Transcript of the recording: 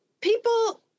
people